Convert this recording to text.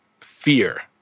fear